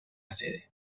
sede